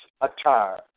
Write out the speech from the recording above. attire